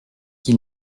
qui